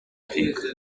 think